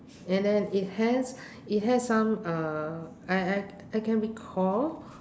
and then it has it has some uh I I I can recall